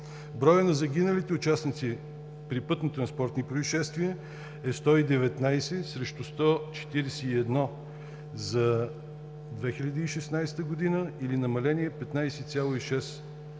Броят на загиналите участници при пътнотранспортни произшествия е 119 срещу 141 за 2016 г. или намаление 15,6 %.